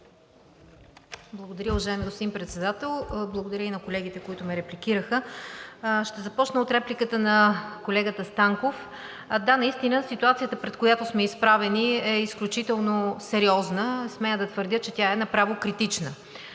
Благодаря, уважаеми господин Председател. Благодаря и на колегите, които ме репликираха. Ще започна от репликата на колегата Станков. Да, наистина ситуацията, пред която сме изправени, е изключително сериозна. Смея да твърдя, че тя е направо критична.